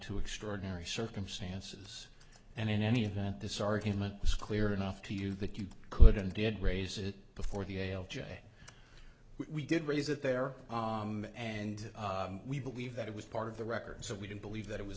to extraordinary circumstances and in any event this argument was clear enough to you that you could and did raise it before the ael j we did raise it there and we believe that it was part of the record so we didn't believe that it was